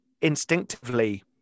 instinctively